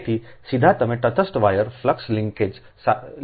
તેથી સીધા તમે તટસ્થ વાયરની ફ્લક્સલિંક્સેસલખી શકો છોʎn 0